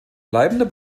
bleibender